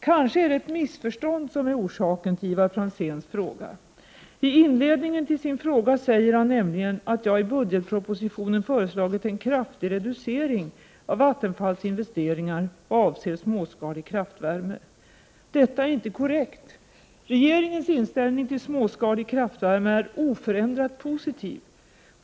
Kanske är det ett missförstånd som är orsaken till Ivar Franzéns fråga. I inledningen till sin fråga säger han nämligen att jag i budgetpropositionen föreslagit en kraftig reducering av Vattenfalls investeringar i vad avser småskalig kraftvärme. Detta är inte korrekt. Regeringens inställning till småskalig kraftvärme är oförändrat positiv.